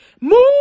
move